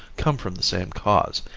come from the same cause,